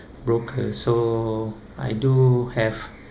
broker so I do have